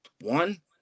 one